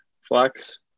flex